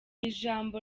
ijambo